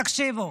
תקשיבו,